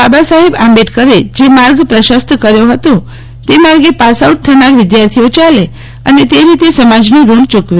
બાબાસાહેબ આંબેડકરે જે માર્ગ પ્રશસ્ત કર્યો હતો તે માર્ગે પાસઆઉટ થનાર વિદ્યાર્થીઓ ચાલે અને તે રીતે સમાજનું ઋણ ચુકવે